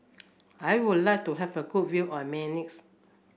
I would like to have a good view of Minsk